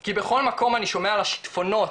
כי בכל מקום אני שומע על השיטפונות,